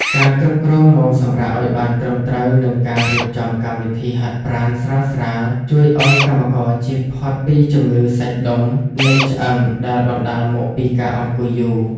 ការគ្រប់គ្រងម៉ោងសម្រាកឱ្យបានត្រឹមត្រូវ និងការរៀបចំកម្មវិធីហាត់ប្រាណស្រាលៗ ជួយឱ្យកម្មករជៀសផុតពីជំងឺសាច់ដុំ និងឆ្អឹងដែលបណ្ដាលមកពីការអង្គុយយូរ។